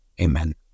amen